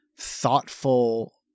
thoughtful